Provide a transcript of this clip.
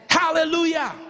Hallelujah